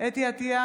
חוה אתי עטייה,